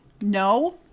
No